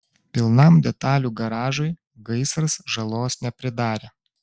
pilnam detalių garažui gaisras žalos nepridarė